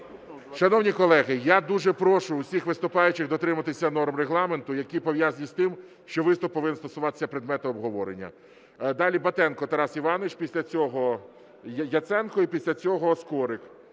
Шановні колеги, я дуже прошу всіх виступаючих дотримуватися норм Регламенту, які пов'язані з тим, що виступ повинен стосуватися предмету обговорення. Далі Батенко Тарас Іванович. Після цього Яценко. І після цього Скорик.